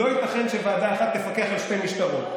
לא ייתכן שוועדה אחת תפקח על שתי משטרות.